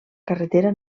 carretera